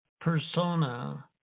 persona